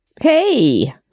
hey